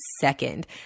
second